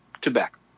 tobacco